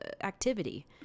activity